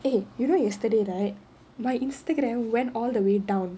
eh you know yesterday right my Instagram went all the way down